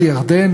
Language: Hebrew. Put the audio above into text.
על ירדן,